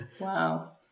Wow